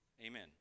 Amen